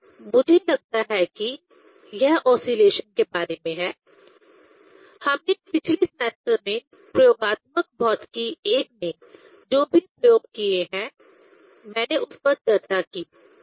मुझे लगता है कि यह ओसीलेशन के बारे में है हमने पिछले सेमेस्टर में प्रयोगात्मक भौतिकी 1 में जो भी प्रयोग किए हैं मैंने उस पर चर्चा की